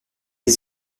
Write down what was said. des